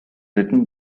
written